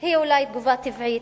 היא אולי תגובה טבעית,